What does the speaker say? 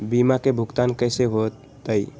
बीमा के भुगतान कैसे होतइ?